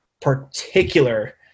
particular